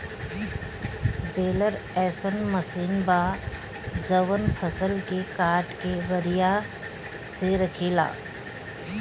baler अइसन machine बा जवन फसल के काट के बढ़िया से रखेले